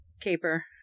caper